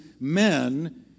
men